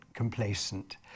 Complacent